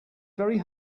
very